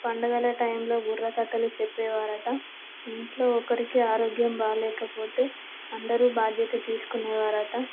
పండుగల టైంలో బుర్రకథలు చెప్పేవారంట ఇంట్లో ఒకరికి ఆరోగ్యం బాగలేకపోతే అందరు బాధ్యత తీసుకునేవారంట